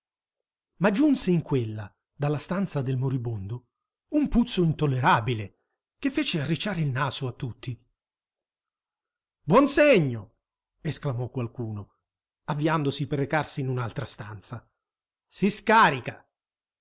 ma giunse in quella dalla stanza del moribondo un puzzo intollerabile che fece arricciare il naso a tutti buon segno esclamò qualcuno avviandosi per recarsi in un'altra stanza si scarica